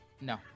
No